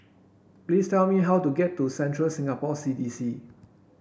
please tell me how to get to Central Singapore C D C